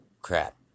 crap